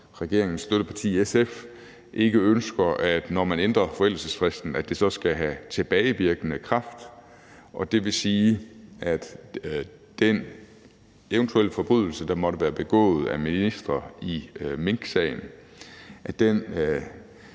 regeringens støtteparti, SF, ikke ønsker, at det, når man ændrer forældelsesfristen, skal have tilbagevirkende kraft. Det vil sige, at den eventuelle forbrydelse, der måtte være begået af ministre i minksagen, ikke